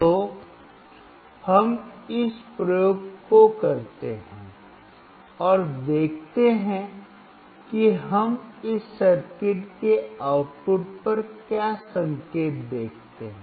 तो हम इस प्रयोग को करते हैं और देखते हैं कि हम इस सर्किट के आउटपुट पर क्या संकेत देखते हैं